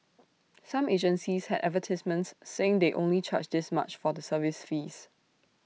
some agencies had advertisements saying they only charge this much for the service fees